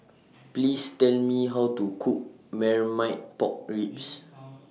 Please Tell Me How to Cook Marmite Pork Ribs